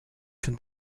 can